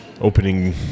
opening